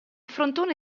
frontone